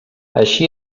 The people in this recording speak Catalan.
així